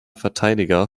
verteidiger